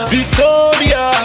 Victoria